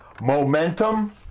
momentum